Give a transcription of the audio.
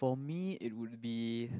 for me it would be